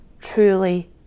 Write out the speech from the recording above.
truly